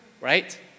right